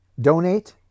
donate